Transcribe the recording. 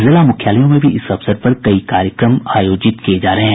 जिला मुख्यालयों में भी इस अवसर पर कई कार्यक्रम आयोजित किये जा रहे हैं